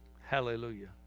Hallelujah